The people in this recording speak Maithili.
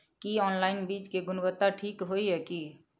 की ऑनलाइन बीज के गुणवत्ता ठीक होय ये की?